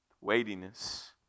Weightiness